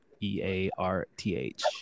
E-A-R-T-H